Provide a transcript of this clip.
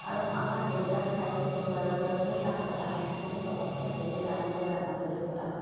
আৰু আমাৰ এইবিলাক ঠাইটো ওচৰে পাঁজৰে বহুত ৰাস পতা হয় কিন্তু চবতকৈ বেছি ডাঙৰকৈ মাজুলীত পতা হয়